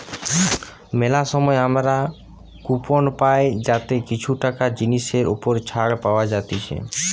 মেলা সময় আমরা কুপন পাই যাতে কিছু টাকা জিনিসের ওপর ছাড় পাওয়া যাতিছে